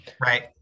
Right